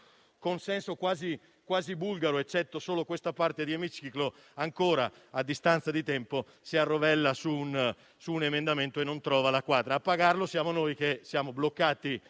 consenso quasi bulgaro, eccetto la mia parte di emiciclo, ancora, a distanza di tempo, si arrovella su un emendamento e non trova la quadra. A pagarlo siamo noi che siamo bloccati